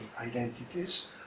identities